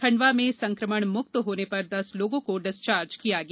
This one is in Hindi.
खंडवा में संकमणमुक्त होने पर दस लोगों को डिस्चार्ज किया गया